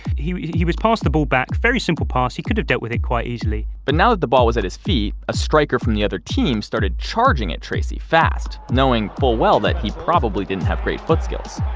he he was passed the ball back, very simple pass, he could've dealt with it quite easily but now that the ball was at his feet, a striker from the other team started charging at tracey, fast, knowing full well that he probably didn't have great foot skills,